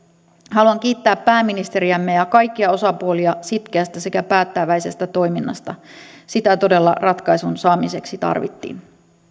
haluan kiittää pääministeriämme ja kaikkia osapuolia sitkeästä sekä päättäväisestä toiminnasta sitä todella ratkaisun saamiseksi tarvittiin